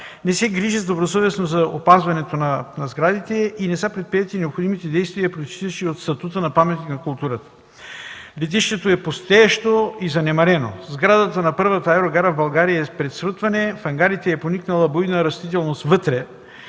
не се грижи добросъвестно за опазването на сградите и не са предприети необходимите действия произтичащи от статута на паметник на културата. Летището е пустеещо и занемарено. Сградата на първата аерогара в България е пред срутване, вътре в хангарите е поникнала буйна растителност,